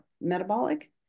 metabolic